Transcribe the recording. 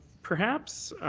perhaps